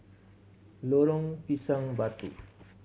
Lorong Pisang Batu